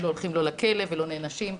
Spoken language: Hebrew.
הם לא הולכים לכלא ולא נענשים.